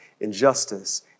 injustice